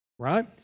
right